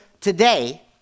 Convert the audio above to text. today